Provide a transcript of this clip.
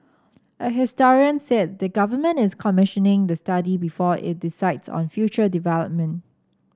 a historian said the government is commissioning the study before it decides on future development